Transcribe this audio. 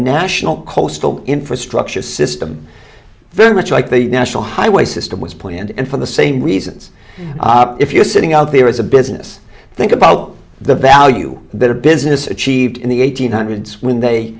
national coastal infrastructure system very much like the national highway system was planned and for the same reasons if you're sitting out there as a business think about the value that a business achieved in the eight hundred sweyn they